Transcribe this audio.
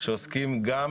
שעוסקים גם